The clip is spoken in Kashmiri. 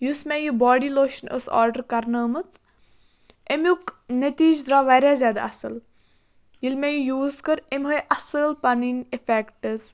یُس مےٚ یہِ باڈی لوشَن ٲس آرڈَر کَرنٲمٕژ اَمیُک نٔتیجہٕ درٛاو واریاہ زیادٕ اصٕل ییٚلہِ مےٚ یہِ یوٗز کٔر أمۍ ہٲے اصٕل پَنٕنۍ اِفیٚکٹٕز